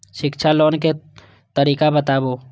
शिक्षा लोन के तरीका बताबू?